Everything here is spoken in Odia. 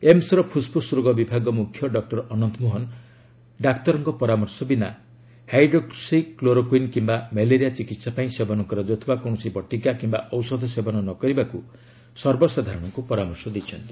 ଏମସ୍ର ଫୁସ୍ଫୁସ୍ ରୋଗ ବିଭାଗ ମୁଖ୍ୟ ଡକ୍କର ଅନନ୍ତ ମୋହନ ଡାକ୍ତରଙ୍କ ପରାମର୍ଶ ବିନା ହାଇଡ୍ରୋକ୍ସି କ୍ଲୋରକୁଇନ୍ କିୟା ମେଲେରିଆର ଚିକିତ୍ସା ପାଇଁ ସେବନ କରାଯାଉଥିବା କୌଣସି ବଟିକା କିିୟା ଔଷଧ ସେବନ ନ କରିବାକୁ ସର୍ବସାଧାରଣଙ୍କୁ ପରାମର୍ଶ ଦେଇଛନ୍ତି